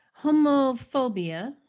homophobia